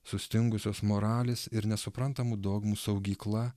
sustingusios moralės ir nesuprantamų dogmų saugykla